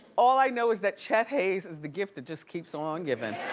all i know is that chet haze is the gift that just keeps on giving.